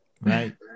Right